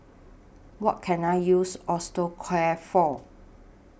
What Can I use Osteocare For